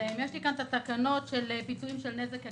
יש לי כאן את תקנות הפיצויים על נזק עקיף.